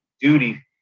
duty